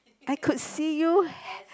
I could see you